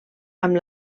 amb